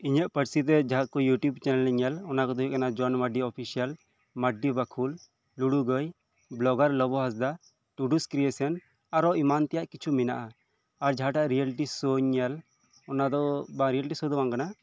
ᱤᱧᱟᱜ ᱯᱟᱹᱨᱥᱤ ᱨᱮ ᱡᱟᱦᱟᱸ ᱠᱚ ᱤᱭᱩᱴᱤᱭᱩᱵᱽ ᱪᱮᱱᱮᱞ ᱤᱧ ᱧᱮᱞ ᱚᱱᱟ ᱠᱚᱫᱚ ᱦᱳᱭᱳᱜ ᱠᱟᱱᱟ ᱡᱚᱱ ᱢᱟᱨᱰᱤ ᱚᱯᱷᱤᱥᱤᱭᱟᱞ ᱢᱟᱨᱰᱤ ᱵᱟᱠᱷᱳᱞ ᱞᱩᱲᱩ ᱜᱟᱹᱭ ᱵᱞᱚᱜᱟᱨ ᱞᱚᱵᱚ ᱦᱟᱸᱥᱫᱟ ᱴᱩᱰᱩ ᱥᱠᱨᱤᱭᱮᱥᱮᱱ ᱟᱨᱦᱚᱸ ᱮᱢᱟᱱ ᱛᱮᱭᱟᱜ ᱠᱤᱪᱷᱩ ᱢᱮᱱᱟᱜᱼᱟ ᱟᱨ ᱡᱟᱦᱟᱸᱴᱟᱜ ᱨᱤᱭᱮᱞᱤᱴᱤ ᱥᱳᱧ ᱧᱮᱞ ᱚᱱᱟ ᱫᱚ ᱵᱟᱝ ᱨᱤᱭᱮᱞᱴᱤ ᱥᱳ ᱫᱚ ᱵᱟᱝ ᱠᱟᱱᱟ